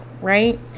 right